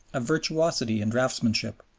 of virtuosity in draftsmanship,